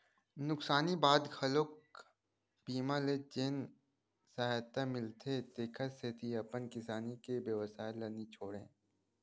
नुकसानी बाद घलोक बीमा ले जेन सहायता मिलथे तेखर सेती अपन किसानी के बेवसाय ल नी छोड़य